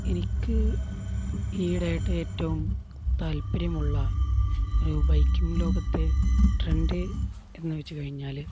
എനിക്ക് ഈയിടെയായിട്ട് ഏറ്റവും താല്പര്യമുള്ള ഒരു ബൈക്കിംഗ് ലോകത്തെ ട്രെൻഡ് എന്നു വച്ചുകഴിഞ്ഞാല്